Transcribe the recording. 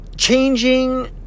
changing